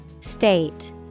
State